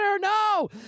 no